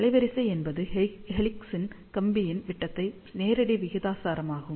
அலைவரிசை என்பது ஹெலிக்ஸ் கம்பியின் விட்டத்திற்கு நேரடி விகிதாசாரமாகும்